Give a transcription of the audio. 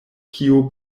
kio